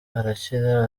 arakira